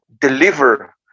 deliver